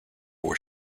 were